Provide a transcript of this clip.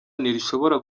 ntirishobora